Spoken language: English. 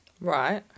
Right